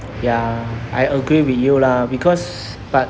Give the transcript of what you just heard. ya I agree with you lah because but